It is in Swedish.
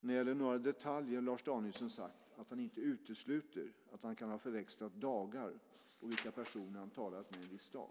När det gäller några detaljer har Lars Danielsson sagt att han inte utesluter att han kan ha förväxlat dagar och vilka personer han talat med en viss dag.